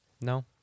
No